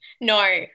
No